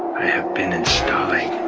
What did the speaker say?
i have been installing